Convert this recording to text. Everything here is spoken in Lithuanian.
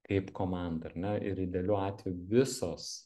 kaip komanda ar ne ir idealiu atveju visos